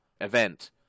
event